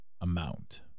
amount